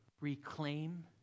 reclaim